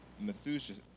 Methuselah